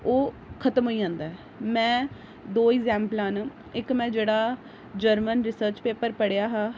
ओह् खत्म होई जंदा ऐ में दो ई इग्जैम्पलां न इक में जेह्ड़ा जर्मन रिसर्च पेपर पढ़ेआ हा